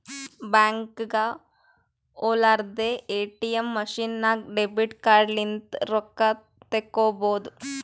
ಬ್ಯಾಂಕ್ಗ ಹೊಲಾರ್ದೆ ATM machine ನಾಗ್ ಡೆಬಿಟ್ ಕಾರ್ಡ್ ಲಿಂತ್ ರೊಕ್ಕಾ ತೇಕೊಬೋದ್